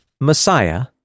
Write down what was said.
Messiah